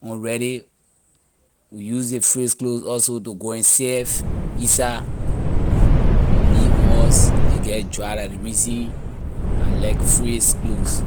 when we ready we use ley freeze clothes also to go and surf in side a lee on us a get dry la ley reason freeze clothes.